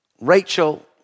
Rachel